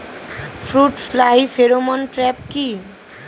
Fruit fly pheromone trap কি?